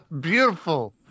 Beautiful